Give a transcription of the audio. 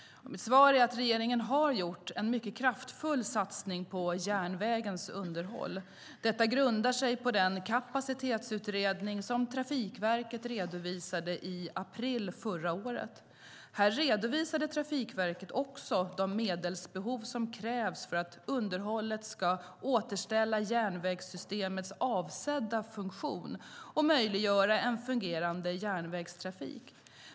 Mitt svar är att regeringen har gjort en mycket kraftfull satsning på järnvägens underhåll. Denna grundar sig på den kapacitetsutredning som Trafikverket redovisade i april förra året. Här redovisade Trafikverket också de medelsbehov som finns för att underhållet ska återställa järnvägssystemets avsedda funktion och möjliggöra en fungerande järnvägstrafik.